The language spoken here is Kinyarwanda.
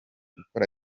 gukora